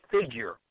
figure